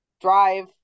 drive